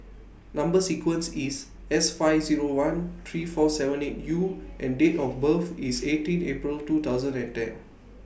Number sequence IS S five Zero one three four seven eight U and Date of birth IS eighteen April two thousand and ten